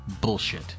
Bullshit